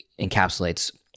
encapsulates